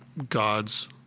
God's